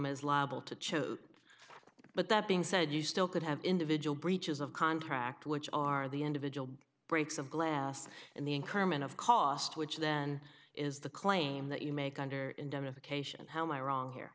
is liable to chose but that being said you still could have individual breaches of contract which are the individual breaks of glass and the increment of cost which then is the claim that you make under indemnification how